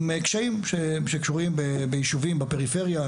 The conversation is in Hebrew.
עם קשיים שקשורים ביישובים בפריפריה,